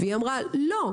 והיא אמרה שלא.